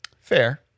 Fair